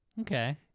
Okay